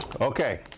okay